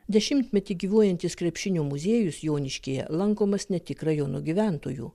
dešimtmetį gyvuojantis krepšinio muziejus joniškyje lankomas ne tik rajono gyventojų